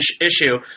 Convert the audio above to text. issue